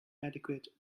adequate